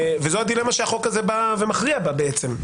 זאת הדילמה שהחוק הזה בא ומכריע בה בעצם.